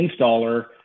installer